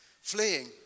Fleeing